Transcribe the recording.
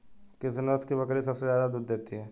किस नस्ल की बकरी सबसे ज्यादा दूध देती है?